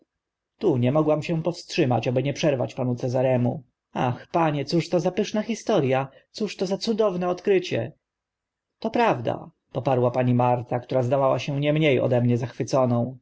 tu nie mogłam się powstrzymać aby nie przerwać panu cezaremu ach panie cóż to za pyszna historia cóż za cudowne odkrycie to prawda poparła pani marta która zdawała się nie mnie ode mnie zachwyconą